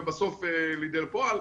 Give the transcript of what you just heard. ובסוף להוציא לפועל.